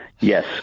Yes